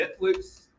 Netflix